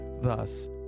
Thus